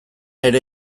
ere